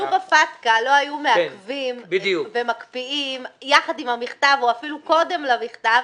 לו בפטקא לא היו מעכבים ומקפיאים יחד עם המכתב או אפילו קודם למכתב,